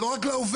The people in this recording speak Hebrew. זה לא רק לעובד.